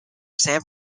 san